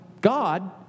God